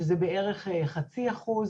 שזה בערך חצי אחוז.